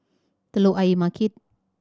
Telok Ayer Market